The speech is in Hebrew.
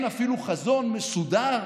אין אפילו חזון מסודר